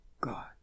God